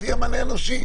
אז יהיה מענה אנושי.